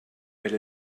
elle